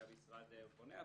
שהמשרד בונה.